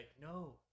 no